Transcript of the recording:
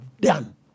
done